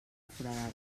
foradada